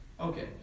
Okay